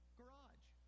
garage